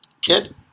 Kid